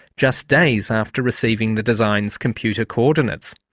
just days after receiving the design's computer co-ordinates.